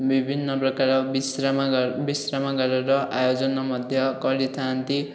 ବିଭିନ୍ନ ପ୍ରକାର ବିଶ୍ରାମ ବିଶ୍ରାମଗାରର ଆୟୋଜନ ମଧ୍ୟ କରିଥାଆନ୍ତି